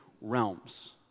realms